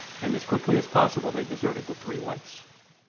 and as quickly as possible they deserted the three whites.